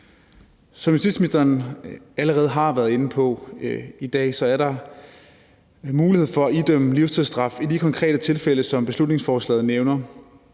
Som justitsministeren allerede har været inde på i dag, er der mulighed for at idømme livstidsstraf i de konkrete tilfælde, som beslutningsforslaget nævner,